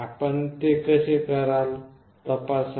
आपण ते कसे तपासाल